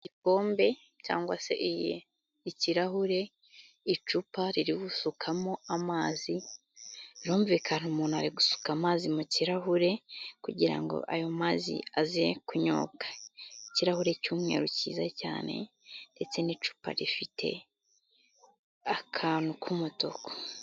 Igikombe cyangwa se ikirahure icupa ririgusukwamo amazi, birumvikana umuntu ari gusuka amazi mu kirahure kugirango ayo mazi aze kunyobwa, ikirahure cy'umweru cyiza cyane ndetse n'icupa rifite akantu k'umutuku.